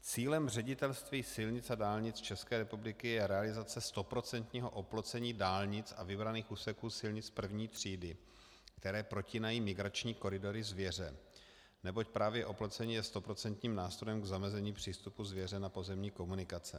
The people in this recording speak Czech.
Cílem Ředitelství silnic a dálnic České republiky je realizace stoprocentního oplocení dálnic a vybraných úseků silnic první třídy, které protínají migrační koridory zvěře, neboť právě oplocení je stoprocentním nástrojem k zamezení přístupu zvěře na pozemní komunikace.